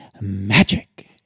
magic